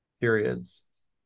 periods